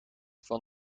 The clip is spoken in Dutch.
van